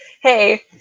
hey